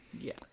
yes